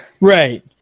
Right